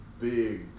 big